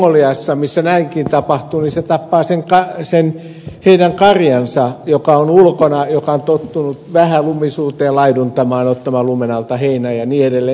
mongoliassa missä näinkin tapahtuu se tappaa sen heidän karjansa joka on ulkona joka on tottunut vähälumisuuteen laiduntamaan ottamaan lumen alta heinää ja niin edelleen